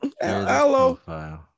Hello